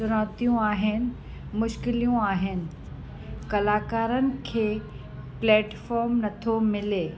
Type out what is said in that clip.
चुनौतियूं आहिनि मुश्किलूं आहिनि कलाकारनि खे प्लेटफॉम नथो मिले